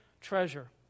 treasure